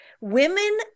Women